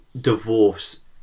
divorce